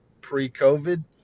pre-COVID